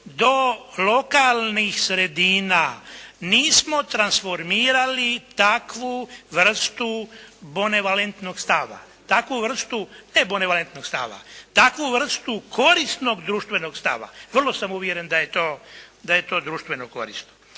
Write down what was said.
do lokalnih sredina nismo transformirali takvu vrstu benevolentnog stava, takvu vrstu, ne benevolentnog stava, takvu vrstu korisnog društvenog stava. Vrlo sam uvjeren da je to društveno korisno.